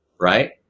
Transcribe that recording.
right